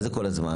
מה זה כל הזמן?